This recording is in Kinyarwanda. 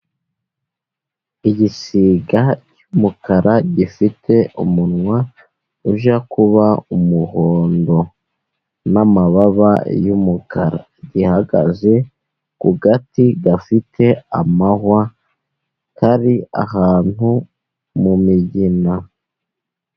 Igisiga cy'umukara gifite umunwa ujya kuba umuhondo. N'amababa yumukara. Gihagaze ku gati gafite amahwa kari ahantu mu migina.